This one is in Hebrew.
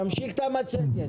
תמשיך במצגת.